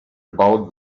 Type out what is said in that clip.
about